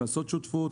לעשות שותפות